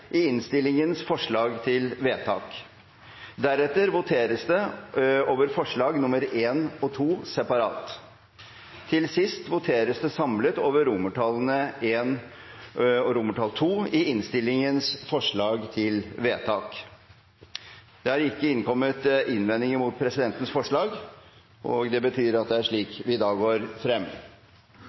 i innstillingens forslag til vedtak. Deretter voteres det over forslagene nr. 1 og 2 separat. Til sist voteres det samlet over I og II i innstillingens forslag til vedtak. Ingen innvendinger er kommet til presidentens forslag og slik vil det